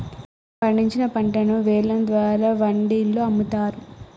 మనం పండించిన పంటను వేలం ద్వారా వాండిలో అమ్ముతారు